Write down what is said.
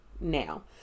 now